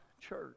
church